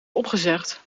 opgezegd